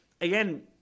again